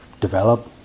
develop